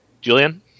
Julian